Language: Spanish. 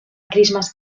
christmas